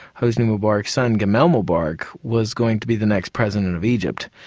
hosni mubarak's son, gamal mubarak, was going to be the next president of egypt.